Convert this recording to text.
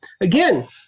again